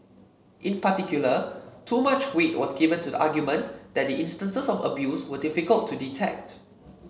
in particular too much weight was given to the argument that the instances of abuse were difficult to detect